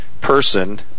person